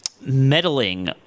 meddling